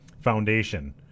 Foundation